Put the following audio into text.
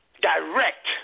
direct